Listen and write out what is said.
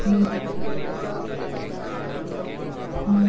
पसंदीदा शेयर बहुते लोग लेत हवे